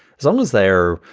it's almost there.